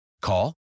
call